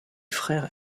frères